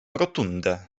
rotundę